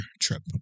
trip